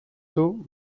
του